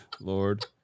Lord